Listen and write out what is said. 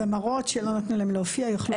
זמרות שלא נתנו להן להופיע יוכלו להתלונן שם?